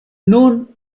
nun